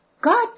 God